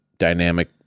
dynamic